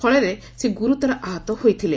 ଫଳରେ ସେ ଗୁରୁତର ଆହତ ହୋଇଥିଲେ